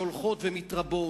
שהולכות ומתרבות,